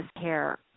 care